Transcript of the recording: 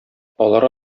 алар